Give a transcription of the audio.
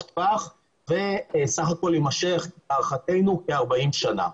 טווח ולהערכתנו הוא יימשך כ-40 שנים.